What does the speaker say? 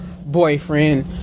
boyfriend